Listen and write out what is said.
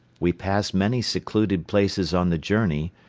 we passed many secluded places on the journey,